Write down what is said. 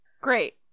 Great